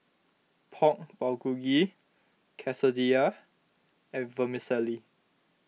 Pork Bulgogi Quesadillas and Vermicelli